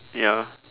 ya